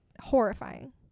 horrifying